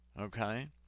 Okay